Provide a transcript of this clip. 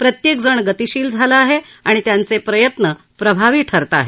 प्रत्येक जण गतिशील झाला आहे आणि त्यांचे प्रयत्न प्रभावी ठरत आहेत